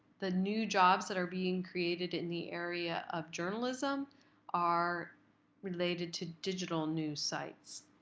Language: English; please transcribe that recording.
the new jobs that are being created in the area of journalism are related to digital news sites.